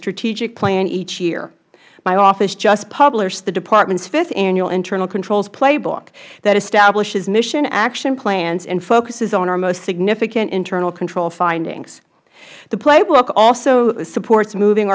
strategic plan each year my office just published the department's fifth annual internal controls playbook that establishes mission action plans and focuses on our most significant internal control findings the playbook also supports mo